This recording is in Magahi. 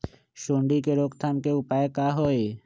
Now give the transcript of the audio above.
सूंडी के रोक थाम के उपाय का होई?